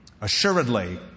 Assuredly